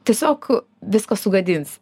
tiesiog viską sugadinsi